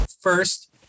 First